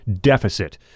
deficit